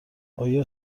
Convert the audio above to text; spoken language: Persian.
آیا